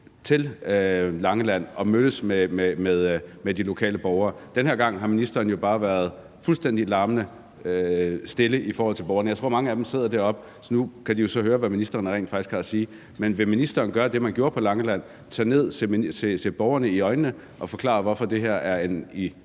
til Langeland og mødtes med de lokale borgere. Den her gang har ministeren jo bare været fuldstændig larmende stille i forhold til borgerne. Jeg tror, mange af dem sidder deroppe (taleren peger op mod tilhørerrækkerne), så nu kan de jo høre, hvad ministeren rent faktisk har at sige. Men vil ministeren gøre det samme, som han gjorde med hensyn til Langeland, altså at tage derhen, se borgerne i øjnene og forklare, hvorfor det her set